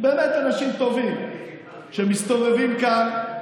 באמת אנשים טובים שמסתובבים כאן,